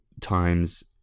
times